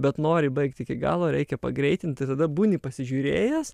bet nori baigt iki galo reikia pagreitint tai tada būni pasižiūrėjęs